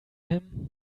him